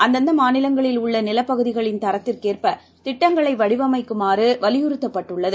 அந்தந்தமாநிலங்களில் உள்ளநிலப் பகுதிகளின் தாத்திற்கேற்பதிட்டங்களைவடிவமைக்குமாறுவலியுறுத்தப்பட்டுள்ளது